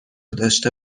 داشته